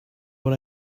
what